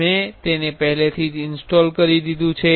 મેં તેને પહેલાથી ઇનસ્ટોલ કરી દીધું છે